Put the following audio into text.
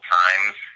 times